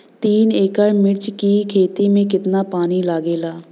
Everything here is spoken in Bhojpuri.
तीन एकड़ मिर्च की खेती में कितना पानी लागेला?